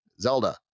zelda